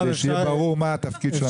כדי שיהיה ברור מה התפקיד של הממונה.